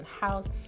house